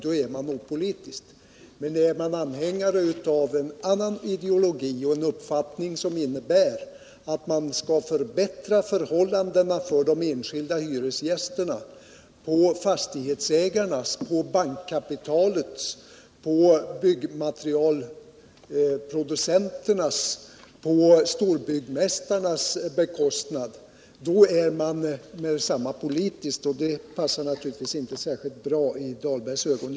Om man är anhängare av en annan ideologi och har en uppfattning som innebär att man vill förbättra förhållandena för de enskilda hyresgästerna på fastighetsägarnas, bankkapitalets, byggmaterialproducenternas och storbyggmästarnas bekostnad, då är man politisk — och det är givetvis inte särskilt bra i Rolf Dahlbergs ögon.